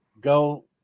go